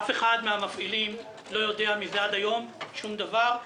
אף אחד מן המפעילים לא יודע על כך עד היום שום דבר,